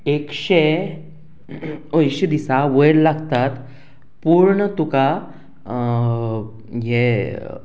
एकशें अंयशीं दिसा वयर लागतात पूण तुका हें